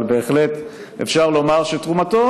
אבל בהחלט אפשר לומר שתרומתו,